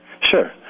Sure